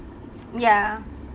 ya